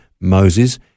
Moses